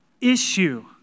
issue